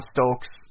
Stokes